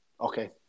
okay